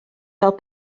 fel